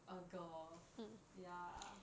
a girl ya